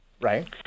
Right